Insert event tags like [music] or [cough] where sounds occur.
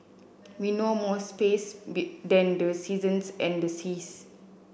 we know more space [unintelligible] than the seasons and the seas